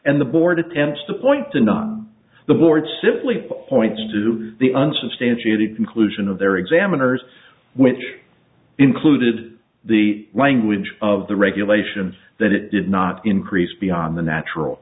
and the board attempts to point to not the board simply points to the unsubstantiated conclusion of their examiners which included the language of the regulations that it did not increase beyond the natural